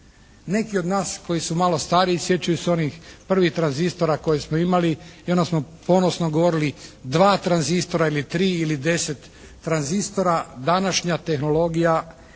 Neki od nas koji su malo stariji sjećaju se onih prvih tranzistora koje smo imali i onda smo ponosno govorili 2 tranzistora ili 3 ili 10 tranzistora. Današnja tehnologija